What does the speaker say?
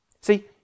See